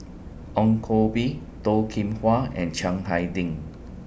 Ong Koh Bee Toh Kim Hwa and Chiang Hai Ding